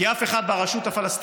כי אף אחד ברשות הפלסטינית